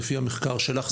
לפי המחקר שלך?